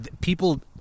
people